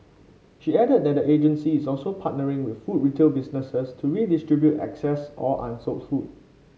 she added that the agency is also partnering with food retail businesses to redistribute excess or unsold food